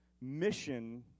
mission